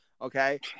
Okay